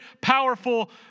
powerful